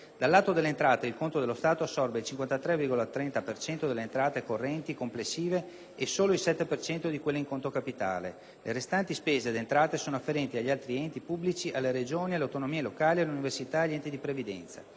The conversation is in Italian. Dal lato delle entrate il conto dello Stato assorbe il 53,30 per cento delle entrate correnti complessive e solo il 7 per cento di quelle in conto capitale. Le restanti spese ed entrate sono afferenti agli altri enti pubblici, alle Regioni, alle autonomie locali, alle università ed agli enti di previdenza.